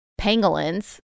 pangolins